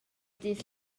dydd